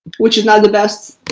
which is not the best,